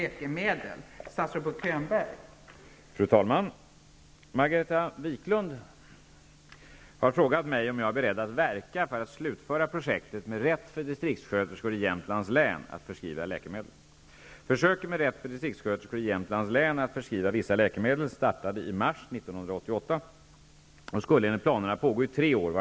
Är sjukvårdsministern beredd att verka för att projektet slutförs?